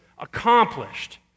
accomplished